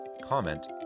comment